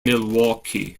milwaukee